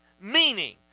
meaning